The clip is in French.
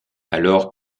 alors